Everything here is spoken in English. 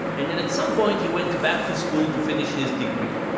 and then at some point, he went back to school to finish his degree.